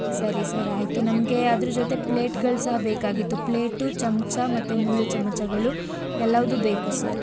ಸರಿ ಸರ್ ಆಯಿತು ನಮಗೆ ಅದರ ಜೊತೆ ಪ್ಲೇಟ್ಗಳು ಸಹ ಬೇಕಾಗಿತ್ತು ಪ್ಲೇಟು ಚಮಚ ಮತ್ತು ಮುಳ್ಳು ಚಮಚಗಳು ಎಲ್ಲವುದು ಬೇಕು ಸರ್